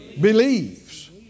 believes